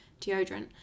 deodorant